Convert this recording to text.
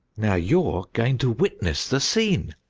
now you're going to witness the scene!